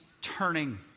turning